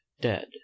Dead